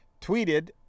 tweeted